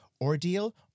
Ordeal